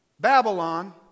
Babylon